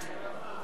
אהוד ברק,